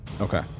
Okay